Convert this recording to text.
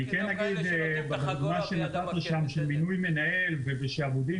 אני אגיד --- שמינוי מנהל ובשעבודים